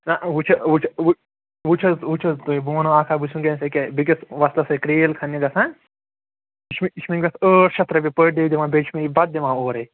نہ وٕچھِ وٕچھِ وٕ وٕچھ حظ وٕچھ حظ تُہۍ بہٕ وَنو اَکھ کَتھ بہٕ چھُس وٕنۍکٮ۪نَس ایٚکیٛاہ بیٚکِس وۄستَس سۭتۍ کرٛیٖلۍ کھنٛنہِ گژھان یہِ چھُ مےٚ یہِ چھُ مےٚ گژھ ٲٹھ شَتھ رۄپیہِ پٔر ڈے دِوان بیٚیہِ چھُ مےٚ یہِ بَتہٕ دِوان اورَے